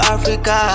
Africa